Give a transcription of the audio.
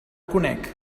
conec